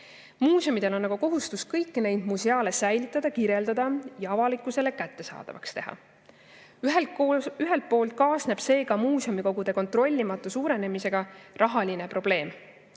Muuseumidel on aga kohustus kõiki neid museaale säilitada ja kirjeldada ning need avalikkusele kättesaadavaks teha. Ühelt poolt kaasneb sellest tuleneva muuseumikogude kontrollimatu suurenemisega rahaline probleem.